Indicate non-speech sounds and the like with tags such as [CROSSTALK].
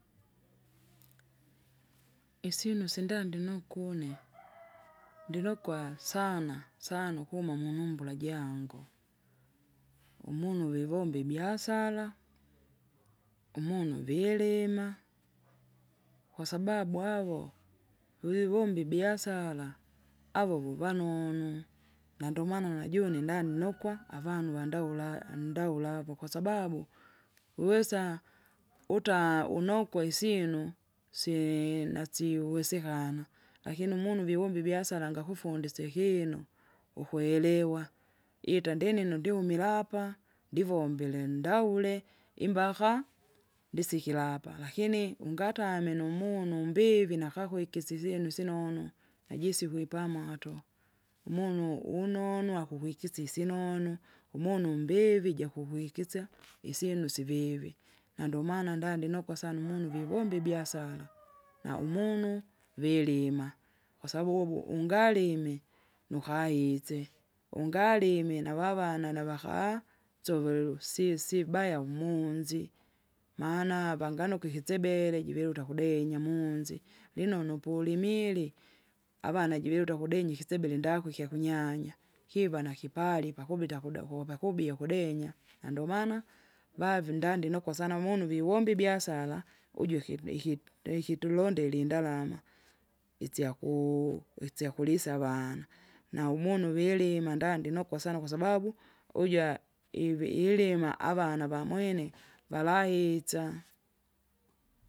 [NOISE] isyinu sindandi nokune, [NOISE] ndinokwa sana sana ukuma munumbula jango [NOISE] umunu vivombe ibiasara, [NOISE] umunu vilima, [NOISE] kwasababu avo [NOISE] vilivumbe ibiasara [NOISE] avo vovanonu, [NOISE] nandomana najune naninokwa [NOISE] avanu vandaula andaula apo kwasababu, uwesa, utaa unokwe isyinu, syee nasio uwesekana. Lakini umunu viumba ibiasara angakufusisya ikinu, ukwelewa, itandininu ndiumira apa ndivombile ndaule, imbaka? Ndisikira apa lakini ungatamwe numunu umbivi nakakwikisi lino isinono. Najisi ukwipamaoto, umunu unonwa akuwikisisye inonu, umunu umbivi jakuwikisya isyinu sivivi, nandomana ndandinokwa sana umunu vivomba ibiasara, [NOISE] naumunu, vilima. Kwasabu uvu- ungalime, nukaitse, ungalime navavana navakaha, sovera ulusisibaya umunzi, maana vanganokwa ikisebele jiviluta kudenya munzi lino nupulimili, avana niviluta kudinya ikisebele ndakwi kyakunyanya, kiva nakipali pakubita kuda kove kibie kedenya. Nandomana, vave ndandinokwa sana umunu viwomba ibiasara, uju ikiv- ikip- ndeiki tulondele indalama, itsakuu- itsakulisa avana. Na umunu vilima ndandinokwa sana kwasababu uju aaha! ivi- ilima avana vamwene, valahitsa.